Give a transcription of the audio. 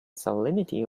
salinity